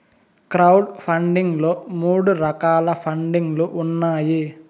crowd funding లో మూడు రకాల పండింగ్ లు ఉన్నాయి